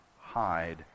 hide